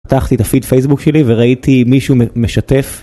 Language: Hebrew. פתחתי את הפיד פייסבוק שלי וראיתי מישהו משתף.